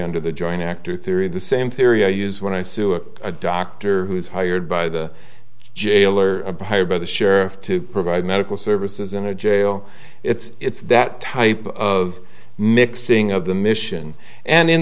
under the joint actor theory the same theory i use when i sue a doctor who is hired by the jailer hired by the sheriff to provide medical services in a jail it's that type of mixing of the mission and in